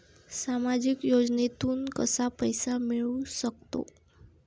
सामाजिक योजनेतून कसा पैसा मिळू सकतो?